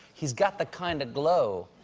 he's got the kind of glow